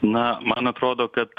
na man atrodo kad